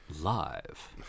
live